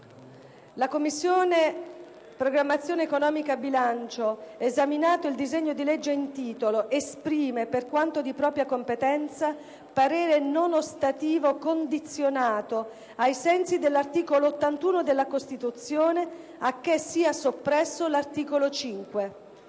«La Commissione programmazione economica, bilancio, esaminato il disegno di legge in titolo esprime, per quanto di propria competenza, parere non ostativo condizionato, ai sensi dell'articolo 81 della Costituzione, a che sia soppresso l'articolo 5».